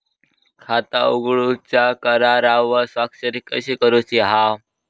खाता उघडूच्या करारावर स्वाक्षरी कशी करूची हा?